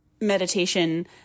meditation